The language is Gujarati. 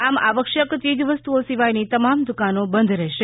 આમ આવશ્યક ચીજ વસ્તુઓ સિવાયની તમામ દુકાનો બંધ રહેશે